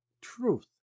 truth